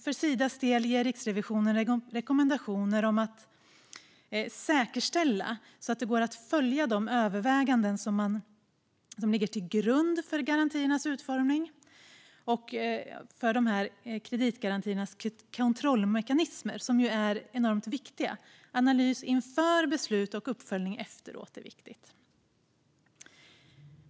För Sidas del ger Riksrevisionen rekommendationer om att säkerställa att det ska gå att följa de överväganden som har legat till grund för garantiernas utformning. Kreditgarantiernas kontrollmekanismer är enormt viktiga. Både analys före beslut och uppföljning efteråt är viktigt.